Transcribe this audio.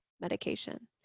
medication